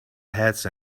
heads